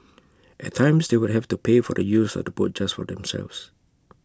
at times they would have to pay for the use of the boat just for themselves